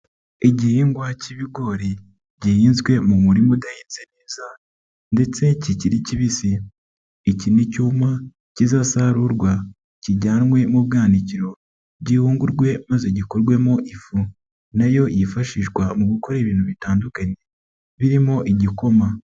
Igihingwa k'ibigori gihinzwe mu murima udahinze neza ndetse kikiri kibisi, iki nicyuma kizasarurwa, kijyanwe mu bwanikiro, gihungurwe maze gikorwemo ifu na yo yifashishwa mu gukora ibintu bitandukanye birimo igikoma.